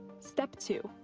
step two,